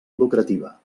lucrativa